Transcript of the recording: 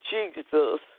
Jesus